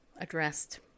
addressed